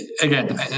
again